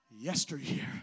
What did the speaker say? Yesteryear